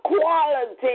quality